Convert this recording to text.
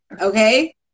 okay